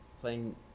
playing